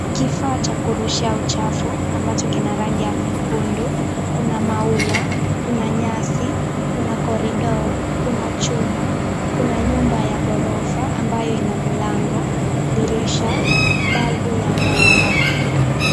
Kifaa cha kurusha uchafu ambacho kina rangi ya nyekundu. Kuna maua, kuna nyasi, kuna corridor , kuna chuma, kuna nyumba ya ghorofa ambayo ina mlango, dirisha, balbu ya mwanga.